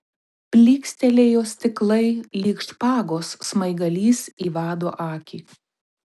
blykstelėjo stiklai lyg špagos smaigalys į vado akis